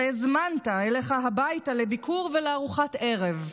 אתה הזמנת אליך הביתה לביקור ולארוחת ערב.